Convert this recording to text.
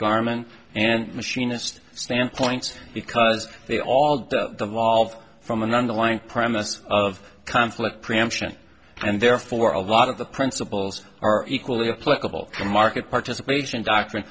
garment and machinist standpoint because they all the while of from an underlying premise of conflict preemption and therefore a lot of the principles are equally applicable to market participation doctrine